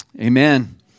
Amen